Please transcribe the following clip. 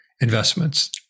investments